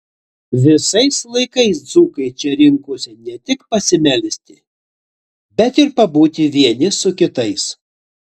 visais laikais dzūkai čia rinkosi ne tik pasimelsti bet ir pabūti vieni su kitais